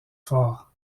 fort